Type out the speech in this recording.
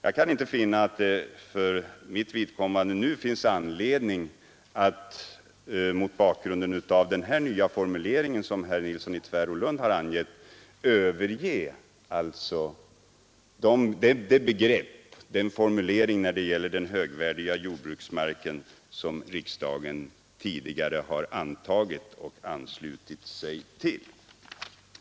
Jag kan inte finna att det för mitt vidkommande finns anledning att mot bakgrunden av den nya formulering som herr Nilsson i Tvärålund angett överge den formulering när det gäller den högvärdiga jordbruksmarken som riksdagen tidigare anslutit sig till.